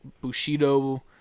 bushido